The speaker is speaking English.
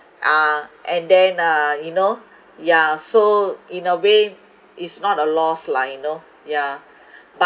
uh and then uh you know yeah so in a way it's not a loss lah you know yeah but